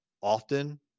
often